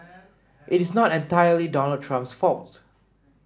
it is not entirely Donald Trump's fault